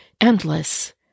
endless